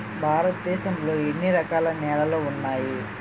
భారతదేశం లో ఎన్ని రకాల నేలలు ఉన్నాయి?